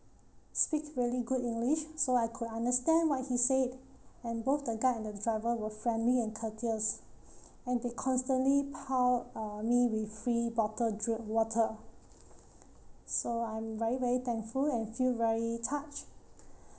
speak very good english so I could understand what he said and both the guide and the driver were friendly and courteous and they constantly poured uh me with free bottle drink water so I'm very very thankful and feel very touched